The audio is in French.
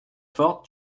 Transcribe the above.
forte